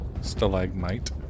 stalagmite